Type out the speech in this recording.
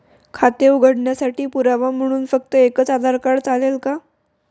खाते उघडण्यासाठी पुरावा म्हणून फक्त एकच आधार कार्ड चालेल का?